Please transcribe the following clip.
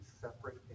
separate